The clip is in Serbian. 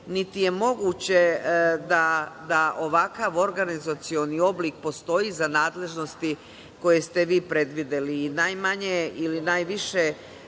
niti je moguće da ovakav organizacioni oblik postoji za nadležnosti koje ste vi predvideli. Najmanje ili najviše